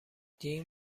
دین